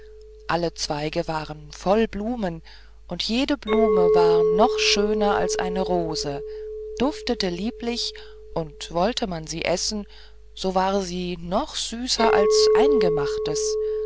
alle zweige waren voll blumen und jede blume war noch schöner als eine rose duftete lieblich und wollte man sie essen so war sie noch süßer als eingemachtes